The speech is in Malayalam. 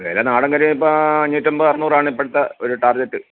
വില നാടൻ കരിമീൻ ഇപ്പോൾ അഞ്ഞൂറ്റൻപത് അറനൂറാണ് ഇപ്പോഴത്തെ ഒരു ടാർഗെറ്റ്